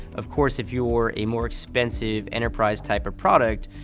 of course, if you're a more expensive enterprise type of product,